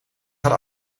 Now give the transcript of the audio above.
gaat